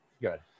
good